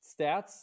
Stats